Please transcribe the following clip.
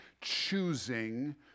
choosing